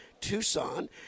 tucson